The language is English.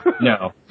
No